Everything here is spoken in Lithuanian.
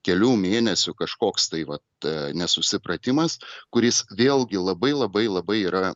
kelių mėnesių kažkoks tai vat nesusipratimas kuris vėlgi labai labai labai yra